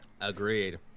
Agreed